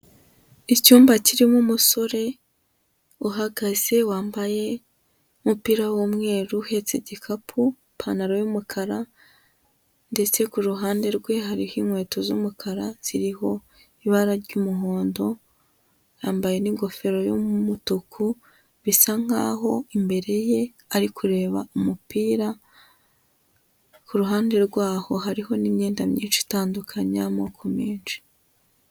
Icyumba kirimo umusore, uhagaze wambaye, umupira w'umweru uhetse igikapu, ipantaro y'umukara, ndetse ku ruhande rwe hariho inkweto z'umukara, ziriho ibara ry'umuhondo, yambaye n'ingofero y'umutuku, bisa nkaho imbere ye ari kureba umupira, ku ruhande rwaho hariho n'imyenda myinshi itandukanye y'amoko menshi.